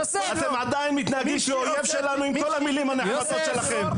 אתם עדיין מתנהגים כאויב שלנו עם כל המילים הנחמדות שלכם.